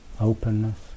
openness